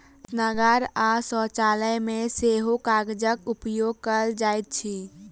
स्नानागार आ शौचालय मे सेहो कागजक उपयोग कयल जाइत अछि